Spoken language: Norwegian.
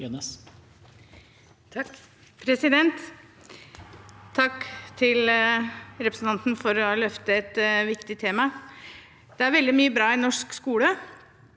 (H) Takk til represen- tantene for å løfte et viktig tema. Det er veldig mye bra i norsk skole.